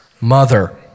mother